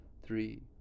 Three